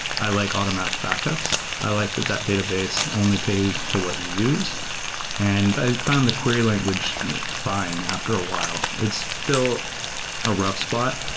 i like automatic backups. i like that that database only pays for what you use and i found the query language fine after a while. it's built a rough spot.